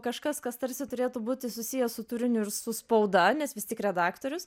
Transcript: kažkas kas tarsi turėtų būti susijęs su turiniu ir su spauda nes vis tik redaktorius